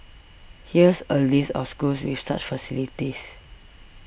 here's a list of schools with such facilities